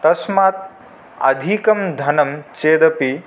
तस्मात् अधिकं धनं चेदपि